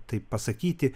taip pasakyti